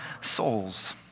souls